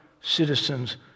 citizens